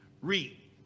Read